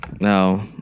No